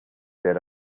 bid